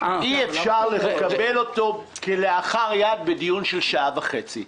אי אפשר לקבל אותו כלאחר-יד בדיון של שעה וחצי.